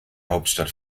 hauptstadt